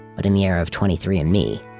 but in the era of twenty three and me,